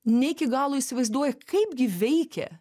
ne iki galo įsivaizduoja kaip gi veikia